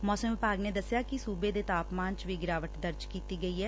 ਮੌਸਮ ਵਿਭਾਗ ਨੇ ਦਸਿਆ ਕਿ ਸੁਬੇ ਦੇ ਤਾਪਮਾਨ ਚ ਵੀ ਗਿਰਾਵਟ ਦਰਜ ਕੀਤੀ ਗਈ ਐ